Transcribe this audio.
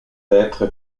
être